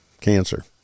cancer